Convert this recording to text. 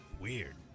Weird